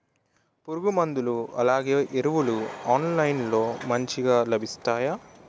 పురుగు మందులు అలానే ఎరువులు ఆన్లైన్ లో మంచిగా లభిస్తాయ?